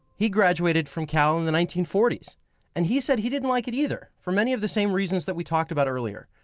he graduated from cal in the nineteen forty s and he said, he didn't like it either. for many of the same reasons that we talked about earlier.